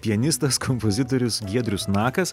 pianistas kompozitorius giedrius nakas